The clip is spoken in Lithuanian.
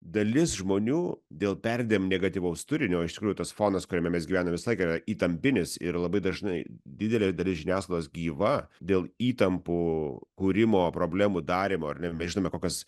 dalis žmonių dėl perdėm negatyvaus turinio iš tikrųjų tas fonas kuriame mes gyveno visą laiką yra įtampnis ir labai dažnai didelė dalis žiniasklaidos gyva dėl įtampų kūrimo problemų darymo ar nebežinome kokios